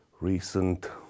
recent